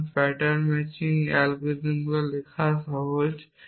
কারণ pattern matching অ্যালগরিদমগুলি লেখা সহজ